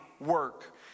work